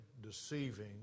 deceiving